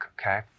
okay